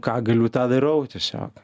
ką galiu tą darau tiesiog